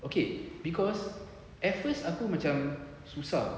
okay cause at first aku macam susah